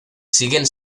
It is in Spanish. siguen